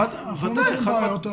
אם אנחנו לא מכירים בעיות,